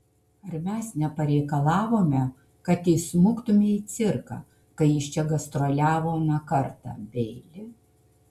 ar mes nepareikalavome kad įsmuktumei į cirką kai jis čia gastroliavo aną kartą beili